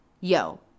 Yo